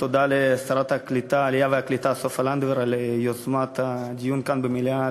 תודה לשרת העלייה והקליטה סופה לנדבר על יוזמת הדיון כאן במליאה,